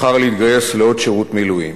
בחר להתגייס לעוד שירות מילואים.